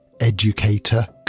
educator